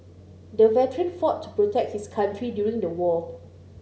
the veteran fought to protect his country during the war